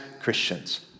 Christians